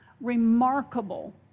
remarkable